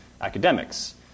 academics